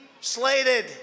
slated